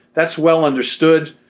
that's well understood.